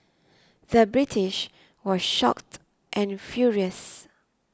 the British was shocked and furious